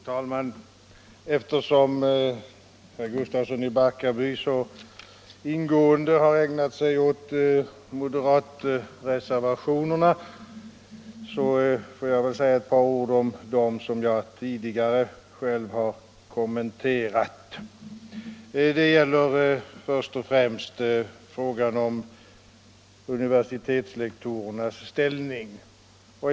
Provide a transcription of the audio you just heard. Fru talman! Eftersom herr Gustafsson i Barkarby så ingående har ägnat sig åt moderatreservationerna, får jag väl säga ett par ord om dem som jag tidigare själv har kommenterat. Det gäller först och främst frågan om universitetslektorernas ställning.